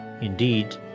Indeed